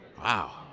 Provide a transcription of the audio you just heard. Wow